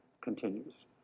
continues